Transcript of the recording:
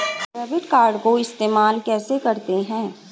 Debit card को इस्तेमाल कैसे करते हैं?